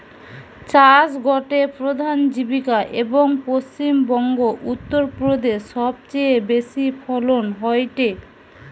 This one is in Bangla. চাষ গটে প্রধান জীবিকা, এবং পশ্চিম বংগো, উত্তর প্রদেশে সবচেয়ে বেশি ফলন হয়টে